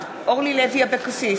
אינה נוכחת אורלי לוי אבקסיס,